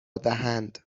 دهند